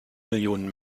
millionen